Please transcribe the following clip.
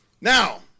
Now